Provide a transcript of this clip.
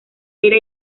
era